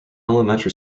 elementary